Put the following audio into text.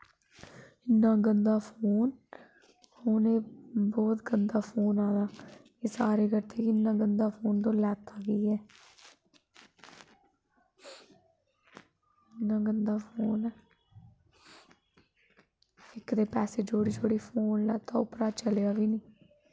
इन्ना गंदा फोन हून एह् बौह्त गंदा फोन आया ऐ एह् सारे करदे कि इन्ना गंदा फोन तूं लैत्ता की ऐ इन्ना गंदा फोन ऐ इक ते पैसे जोड़ी जोड़ी फोन लैत्ता उप्परा चलेआ बी निं